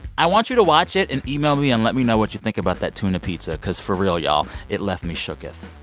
i want you to watch it. and email me and let me know what you think about that tuna pizza because for real, y'all, it left me shooketh.